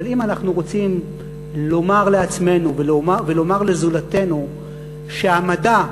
אבל אם אנחנו רוצים לומר לעצמנו ולומר לזולתנו שהמדע,